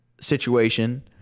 situation